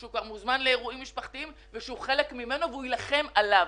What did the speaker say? שהוא כבר מוזמן לאירועים משפחתיים ושהוא חלק ממנו ויילחם עליו.